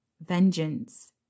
Vengeance